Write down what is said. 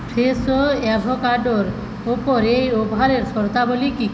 Fresho অ্যাভোকাডোর ওপর এই অফারের শর্তাবলী কী